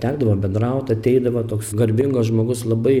tekdavo bendraut ateidavo toks garbingas žmogus labai